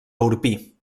orpí